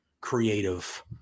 creative